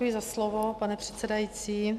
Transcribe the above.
Děkuji za slovo, pane předsedající.